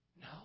No